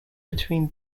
between